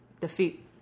defeat